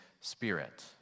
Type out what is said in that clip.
spirit